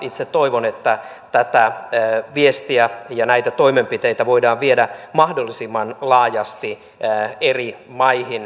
itse toivon että tätä viestiä ja näitä toimenpiteitä voidaan viedä mahdollisimman laajasti eri maihin